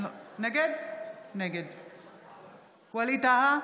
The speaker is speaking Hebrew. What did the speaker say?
נגד ווליד טאהא,